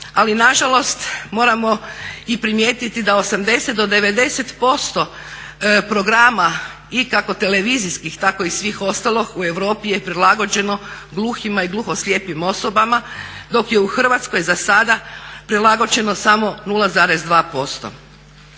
ali nažalost moramo primijetiti da 80 do 90% programa kako televizijskih tako i svih ostalih u Europi je prilagođeno gluhima i gluhoslijepim osobama dok je u Hrvatskoj za sada prilagođeno samo 0,2%.